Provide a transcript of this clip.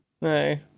No